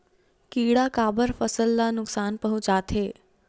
किड़ा काबर फसल ल नुकसान पहुचाथे?